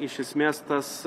iš esmės tas